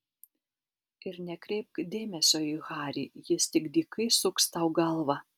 ir nekreipk dėmesio į harį jis tik dykai suks tau galvą